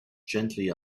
gently